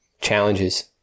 challenges